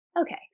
Okay